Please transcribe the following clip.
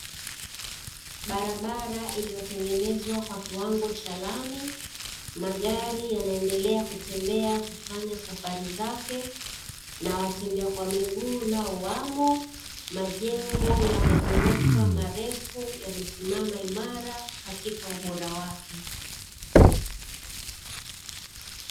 Barabara iliyotengenezwa kwa kiwango cha lami, magari yanaendelea kutembea kufanya safari zake na watembea kwa miguu nao wamo. Majengo ya maghorofa marefu yamesimama imara katika ubora wake.